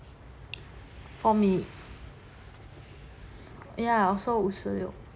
for minute ya also 五十六